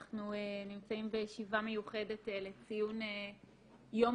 אנחנו נמצאים בישיבה מיוחדת לציון יום